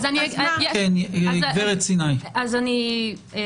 כן הגברת סיני, אנחנו